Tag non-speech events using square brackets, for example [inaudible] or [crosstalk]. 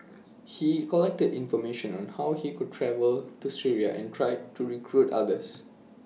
[noise] he collected information on how he could travel to Syria and tried to recruit others